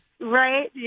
Right